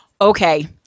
okay